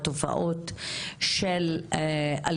אם זה מניעת אלימות במשפחה,